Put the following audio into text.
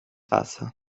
wasser